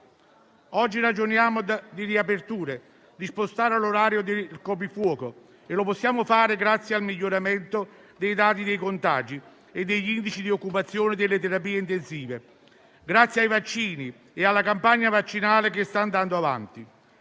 Oggi ragioniamo di riaperture, di spostare l'orario del coprifuoco, e lo possiamo fare grazie al miglioramento dei dati dei contagi e degli indici di occupazione delle terapie intensive, grazie ai vaccini e alla campagna vaccinale che sta andando avanti.